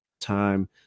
Time